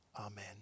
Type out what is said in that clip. Amen